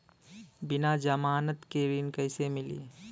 बिना जमानत के ऋण कईसे मिली?